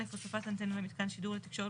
(א) הוספת אנטנה למיתקן שידור לתקשורת